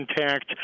intact